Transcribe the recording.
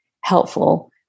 helpful